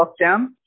lockdown